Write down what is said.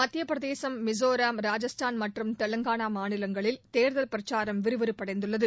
மத்திய பிரதேசம் மிசோராம் ராஜஸ்தான் மற்றும் தெலங்கானா மாநிலங்களில் தேர்தல் பிரச்சாரம் விறுவிறுப்படைந்துள்ளது